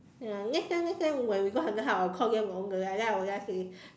ya next time next time when we go haunted house I will call them over then I will just say